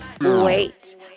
Wait